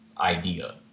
idea